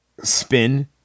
spin